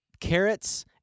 carrots